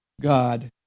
God